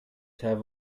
have